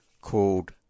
called